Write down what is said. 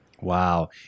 Wow